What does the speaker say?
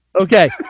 Okay